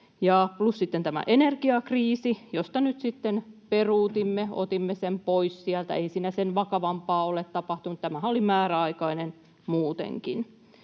plus sitten tämä energiakriisi, josta nyt sitten peruutimme, otimme sen pois sieltä. Ei siinä sen vakavampaa ole tapahtunut. Tämähän oli määräaikainen muutenkin.